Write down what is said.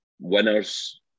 winners